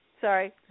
Sorry